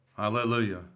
Hallelujah